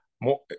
more